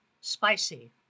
spicy